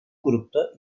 grupta